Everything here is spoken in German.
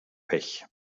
pech